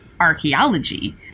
archaeology